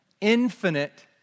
infinite